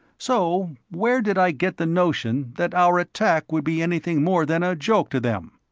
so where did i get the notion that our attack would be anything more than a joke to them?